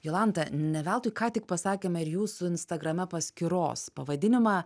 jolanta ne veltui ką tik pasakėme ir jūsų instagrame paskyros pavadinimą